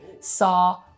saw